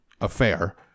affair